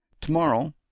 Tomorrow